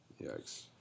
Yikes